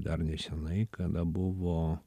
dar nesenai kada buvo